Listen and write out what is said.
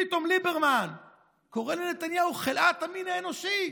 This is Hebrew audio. פתאום ליברמן קורא לנתניהו חלאת המין האנושי.